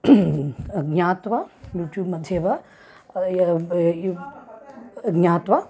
ज्ञात्वा यूट्यूब् मध्ये वा ज्ञात्वा